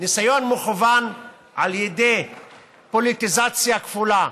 ניסיון מכוון על ידי פוליטיזציה כפולה,